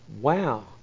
Wow